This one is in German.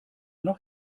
noch